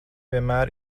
vienmēr